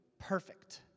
perfect